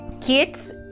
kids